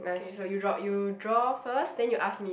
okay so you draw you draw first then you ask me